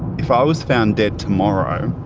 if i was found dead tomorrow,